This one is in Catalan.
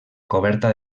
coberta